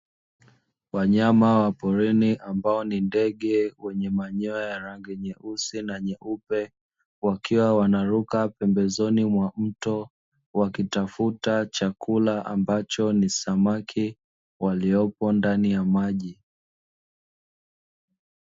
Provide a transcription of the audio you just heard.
Wanyama wa porini ambao ni ndege, mwenye manyoya yenye rangi nyeusi na nyeupe, wakiwa wanaruka pembezoni mwa mto, wakitafuta chakula ambacho ni samaki waliopo ndani ya maji.